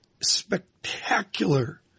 spectacular